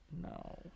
No